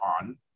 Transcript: on